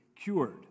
cured